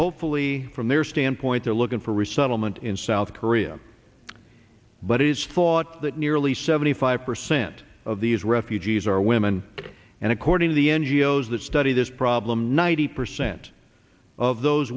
hopefully from their stand point to looking for resettlement in south korea but it is fought that nearly seventy five percent of these refugees are women and according to the n g o s that study this problem ninety percent of those